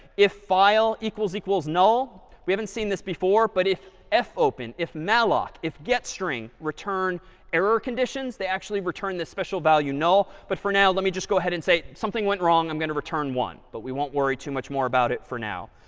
if file equals equals null we haven't seen this before but if fopen if malloc, if getstring return error conditions, they actually return the special value null. you know but for now, let me just go ahead and say, something went wrong. i'm going to return one. but we won't worry too much more about it for now.